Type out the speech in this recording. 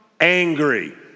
angry